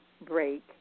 break